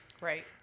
Right